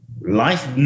life